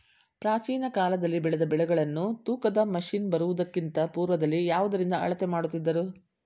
ಪ್ರಾಚೀನ ಕಾಲದಲ್ಲಿ ಬೆಳೆದ ಬೆಳೆಗಳನ್ನು ತೂಕದ ಮಷಿನ್ ಬರುವುದಕ್ಕಿಂತ ಪೂರ್ವದಲ್ಲಿ ಯಾವುದರಿಂದ ಅಳತೆ ಮಾಡುತ್ತಿದ್ದರು?